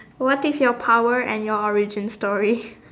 what is your power and your origin story